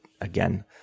again